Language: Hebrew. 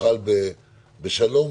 שנוכל בשלום,